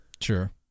sure